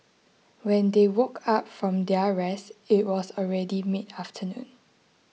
when they woke up from their rest it was already mid afternoon